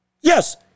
Yes